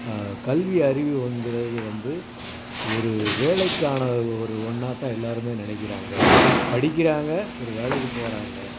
கல்வி அறிவு வந்துறது வந்து ஒரு வேலைக்கான ஒரு ஒன்னாகதான் எல்லாருமே நினைக்கிறாங்க படிக்கிறாங்க ஒரு வேலைக்கு போகறாங்க